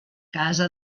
casa